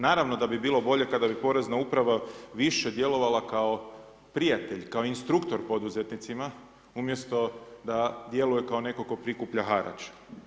Naravno da bi bilo bolje kada bi Porezna uprava više djelovala kao prijatelj, kao instruktor poduzetnicima umjesto da djeluje kao netko tko prikuplja harač.